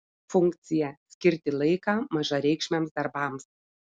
funkcija skirti laiką mažareikšmiams darbams